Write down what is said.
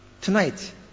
tonight